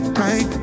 right